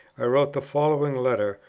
i wrote the following letter,